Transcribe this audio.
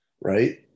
right